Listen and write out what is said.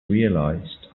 realized